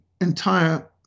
entire